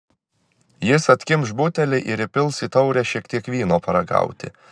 jis atkimš butelį ir įpils į taurę šiek tiek vyno paragauti